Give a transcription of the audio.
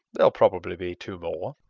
there'll probably be two more.